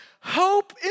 hope